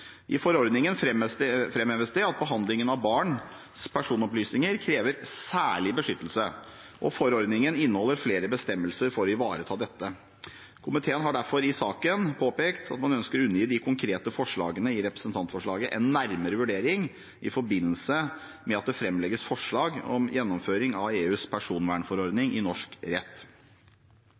I forordningen fremheves det at behandlingen av barns personopplysninger krever særlig beskyttelse, og forordningen inneholder flere bestemmelser for å ivareta dette. Komiteen har derfor i saken påpekt at man ønsker å undergi de konkret forslagene i representantforslaget en nærmere vurdering i forbindelse med at det fremlegges forslag om gjennomføring av EUs personvernforordning i norsk rett.